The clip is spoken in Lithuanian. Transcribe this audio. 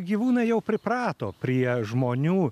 gyvūnai jau priprato prie žmonių